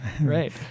right